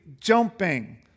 jumping